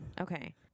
Okay